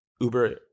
Uber